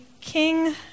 king